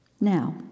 Now